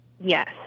Yes